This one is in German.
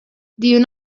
die